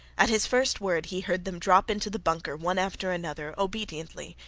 at his first word he heard them drop into the bunker one after another obediently,